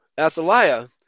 Athaliah